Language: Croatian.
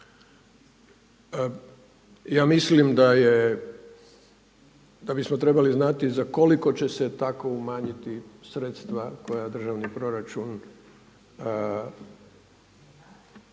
Ja mislim da je, da bismo trebali znati za koliko će se tako umanjiti sredstva koja državni proračun